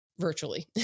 Virtually